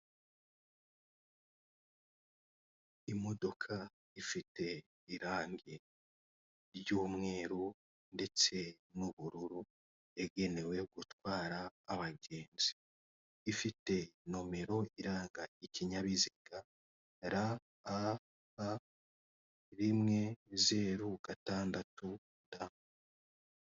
Imodoka ifite irangi ry'umweru ndetse n'ubururu yagenewe gutwara abagenzi, ifite nomero iranga ikinyabiziga ra a ba rimwe zero gatandatu da.